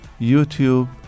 YouTube